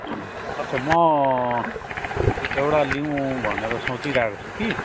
अच्छा म एउटा लिउँ भनेर सोचिरहेको छु कि